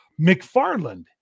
McFarland